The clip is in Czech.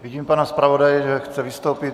Vidím pana zpravodaje, že chce vystoupit.